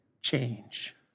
change